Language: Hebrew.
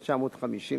בחוזה,